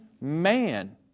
man